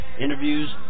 interviews